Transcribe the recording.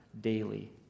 daily